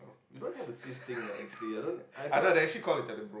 you don't have to seize thing ah actually I don't I cannot